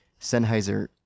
Sennheiser